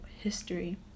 history